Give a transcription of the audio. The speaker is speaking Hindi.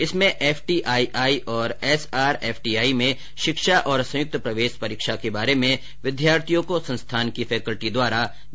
इसमें एफटीआईआई और एसआरएफटीआई में शिक्षा तथा संयुक्त प्रवेश परीक्षा के बारे में विद्यार्थियों को संस्थान की फैक्ल्टी द्वारा जानकारी दी जाएगी